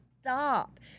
stop